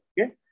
Okay